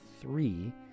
three